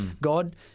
God